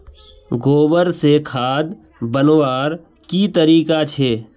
गोबर से खाद बनवार की तरीका छे?